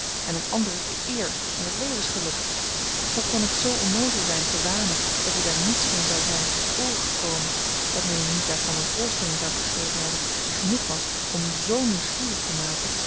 en een andere de eer en het levensgeluk hoe kon ik zoo onnoozel zijn te wanen dat u daar niets van zou zijn ter oore gekomen dat men u niet daarvan eene voorstelling zou gegeven hebben die genoeg was om u z nieuwsgierig te maken